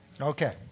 Okay